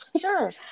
Sure